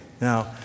Now